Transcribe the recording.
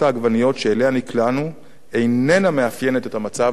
איננה מאפיינת את המצב בשוקי הירקות בעונה הזו.